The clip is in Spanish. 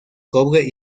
cobre